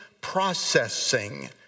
processing